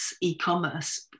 e-commerce